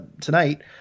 tonight